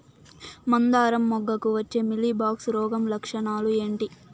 మందారం మొగ్గకు వచ్చే మీలీ బగ్స్ రోగం లక్షణాలు ఏంటి?